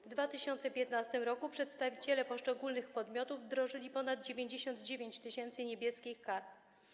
W 2015 r. przedstawiciele poszczególnych podmiotów wdrożyli ponad 99 tys. „Niebieskich kart”